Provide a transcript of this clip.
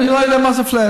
מה זה flat?